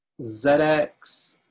ZX